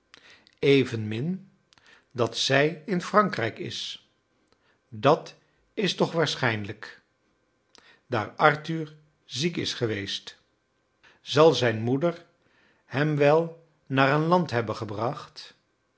evenmin dat zij in frankrijk is dat is toch waarschijnlijk daar arthur ziek is geweest zal zijn moeder hem wel naar een land hebben gebracht